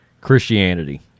Christianity